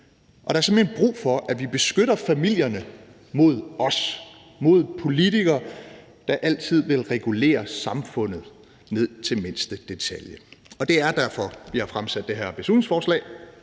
og der er simpelt hen brug for, at vi beskytter familierne mod os, mod politikere, der altid vil regulere samfundet ned til mindste detalje. Det er derfor, vi har fremsat det her beslutningsforslag,